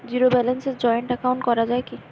Zero ব্যালেন্সে joint account করা য়ায় কি?